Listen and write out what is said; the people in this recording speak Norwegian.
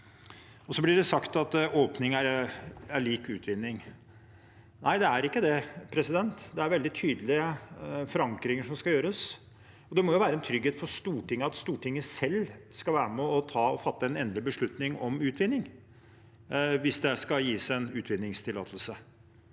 Det blir sagt at åpning er lik utvinning. Nei, det er ikke det. Det er veldig tydelige forankringer som skal gjøres. Det må jo være en trygghet for Stortinget at Stortinget selv skal være med og fatte en endelig beslutning om utvinning hvis det skal gis en utvinningstillatelse.